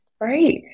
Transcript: right